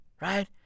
Right